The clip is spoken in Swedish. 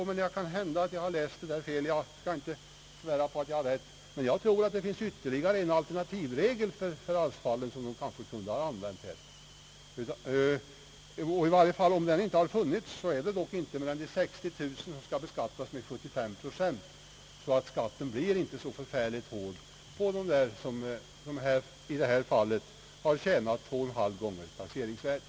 Om jag har läst rätt tror jag att det finns ytterligare en alternativregel för arvsfallen som man kunde ha använt här. Men även om så inte skulle vara fallet blir det dock i det tänkta fallet inte mer än 60000 kronor som skall beskattas till 75 procent. Skatten blir därför inte så hög för dem som i detta fall har sålt för två och en halv gånger taxeringsvärdet.